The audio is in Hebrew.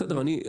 בסדר,